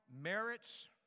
merits